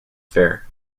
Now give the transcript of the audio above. fair